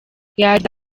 yagize